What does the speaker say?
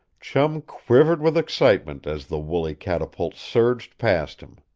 chum quivered with excitement as the woolly catapults surged past him.